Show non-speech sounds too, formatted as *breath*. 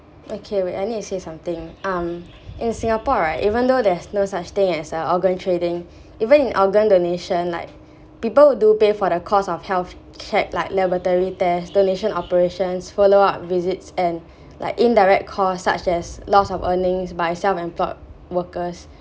okay wait I need to say something um in singapore right even though there's no such thing as a organ trading *breath* even in organ donation like people do pay for the cost of health care like laboratory tests donation operations follow up visits *breath* and like indirect costs such as loss of earnings by self employed workers